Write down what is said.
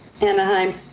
Anaheim